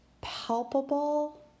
palpable